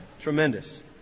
Tremendous